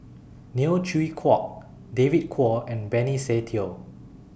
Neo Chwee Kok David Kwo and Benny Se Teo